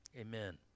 Amen